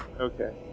Okay